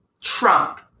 Trump